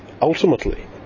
ultimately